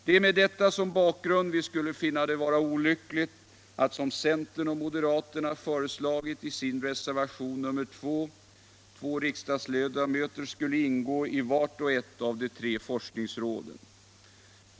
Det är mot denna bakgrund som vi skulle finna det vara olyckligt att, som centern och moderaterna föreslagit i sin reservation nr 2, två riksdagsledamöter skulle ingå i vart och ett av de tre forskningsråden.